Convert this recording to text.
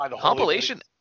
compilation